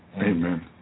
Amen